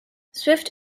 swift